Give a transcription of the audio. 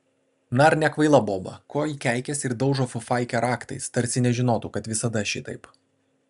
na ar nekvaila boba ko ji keikiasi ir daužo fufaikę raktais tarsi nežinotų kad visada šitaip